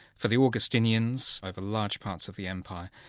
for the augustinians over large parts of the empire,